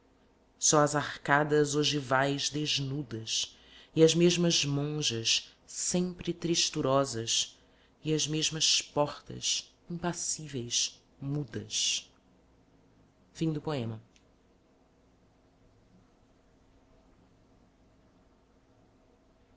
as arcadas ogivais desnudas e as mesmas monjas sempre tristurosas e as mesmas portas impassíveis mudas canta da